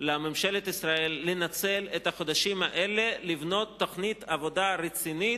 לממשלת ישראל לנצל את החודשים האלה לבנות תוכנית עבודה רצינית,